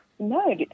No